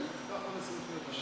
קח עוד 20 שניות.